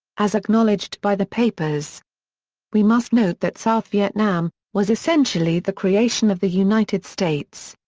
as acknowledged by the papers we must note that south vietnam, was essentially the creation of the united states.